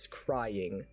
crying